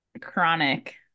chronic